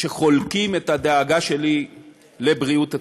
והם חולקים את הדאגה שלי לבריאות הציבור.